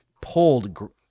pulled